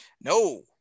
No